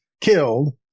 killed